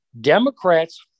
Democrats